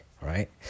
right